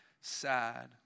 sad